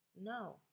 no